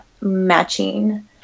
matching